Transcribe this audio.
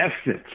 essence